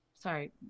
sorry